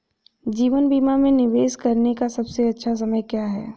जीवन बीमा में निवेश करने का सबसे अच्छा समय क्या है?